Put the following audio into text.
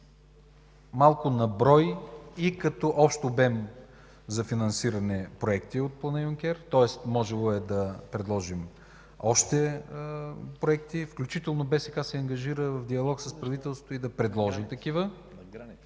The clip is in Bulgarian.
малко на брой и като общ обем за финансиране проекти от Плана Юнкер, тоест можело е да предложим още проекти, включително БСК се ангажира в диалог с правителството да предложи такива.